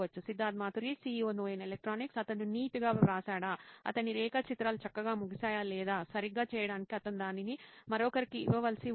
Siddharth Maturi CEO నోయిన్ electronics అతను neat గా వ్రాసాడా అతని రేఖాచిత్రాలు చక్కగా ముగిశాయా లేదా సరిగ్గా చేయడానికి అతను దానిని మరొకరికి ఇవ్వవలసి ఉంటుంది